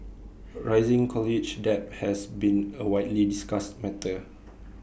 rising college debt has been A widely discussed matter